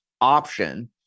option